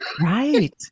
right